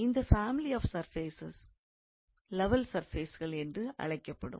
இந்த family of surfaces level சர்ஃபேஸ்கள் என்று அழைக்கப்படும்